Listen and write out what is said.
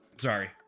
Sorry